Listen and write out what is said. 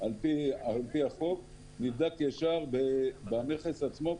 על פי החוק, נבדק ישר במכס עצמו.